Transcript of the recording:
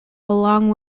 along